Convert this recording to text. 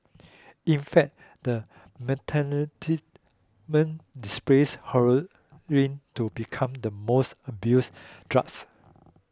in fact the displaced heroin to become the most abused drugs